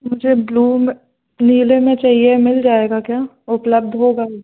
मुझे ब्लू में नीले में चाहिए मिल जाएगा क्या उपलब्ध होगा